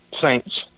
Saints